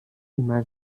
immer